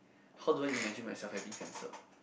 how do I imagine myself having cancer